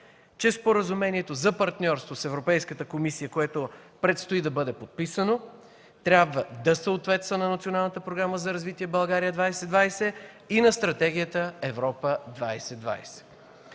че Споразумението за партньорство с Европейската комисия, което предстои да бъде подписано, трябва да съответства на Националната програма за развитие „България 2020” и на Стратегията „Европа 2020”.